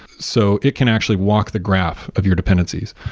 so it can actually walk the graph of your dependencies,